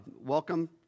Welcome